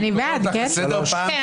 חבר הכנסת אלקין, אני אומר לך, שלא תהיה